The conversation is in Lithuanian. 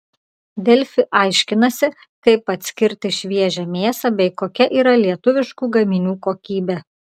delfi aiškinasi kaip atskirti šviežią mėsą bei kokia yra lietuviškų gaminių kokybė